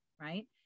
right